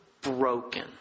broken